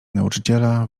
nauczyciela